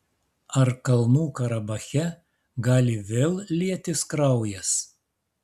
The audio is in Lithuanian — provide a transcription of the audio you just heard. ar kalnų karabache gali vėl lietis kraujas